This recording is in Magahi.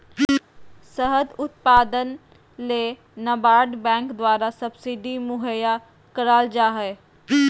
शहद उत्पादन ले नाबार्ड बैंक द्वारा सब्सिडी मुहैया कराल जा हय